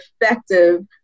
effective